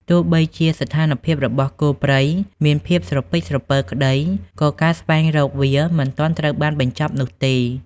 ទោះបីជាស្ថានភាពរបស់គោព្រៃមានភាពស្រពិចស្រពិលក្តី ក៏ការស្វែងរកវាមិនទាន់ត្រូវបានបញ្ចប់នោះទេ។